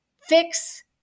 fix